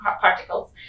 particles